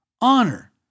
honor